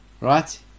Right